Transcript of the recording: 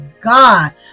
god